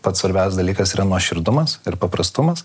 pats svarbiausias dalykas yra nuoširdumas ir paprastumas